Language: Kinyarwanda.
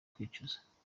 kwicuza